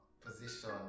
position